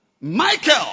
Michael